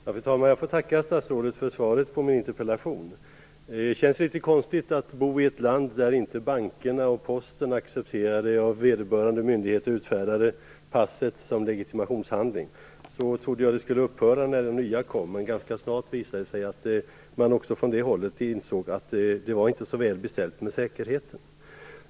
Fru talman! Jag får tacka statsrådet för svaret på min interpellation. Det känns litet konstigt att bo i ett land där banker och post inte accepterar det av vederbörande myndighet utfärdade passet som legitimationshandling. Jag trodde att det här skulle upphöra när det nya kom. Men ganska snart visade det sig att man också från det hållet insåg att det inte var så välbeställt med säkerheten.